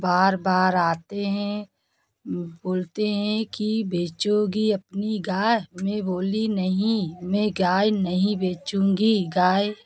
बार बार आते हैं बोलते हैं कि बेचोगी अपनी गाय मैं बोली नहीं मैं गाय नहीं बेचूँगी गाय